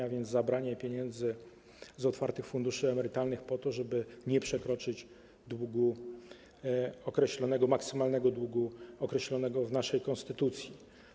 Chodziło o zabranie pieniędzy z otwartych funduszy emerytalnych po to, żeby nie przekroczyć określonego długu, maksymalnego długu określonego w naszej konstytucji.